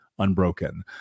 unbroken